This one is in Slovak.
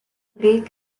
rieka